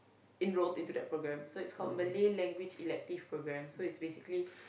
enrol into that program so it's called Malay language elective programme so it's basically